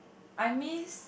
I miss